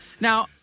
Now